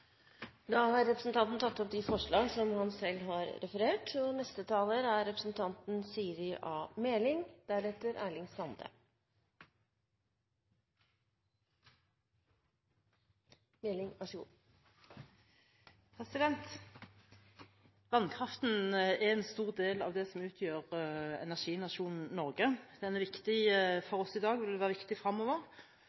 Da har representanten Henning Skumsvoll tatt opp det forslaget han refererte til. Vannkraften er en stor del av det som utgjør energinasjonen Norge. Den er viktig